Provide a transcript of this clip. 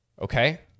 Okay